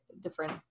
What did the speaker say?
different